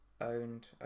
Owned